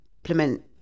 implement